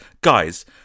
Guys